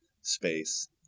space